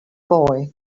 boy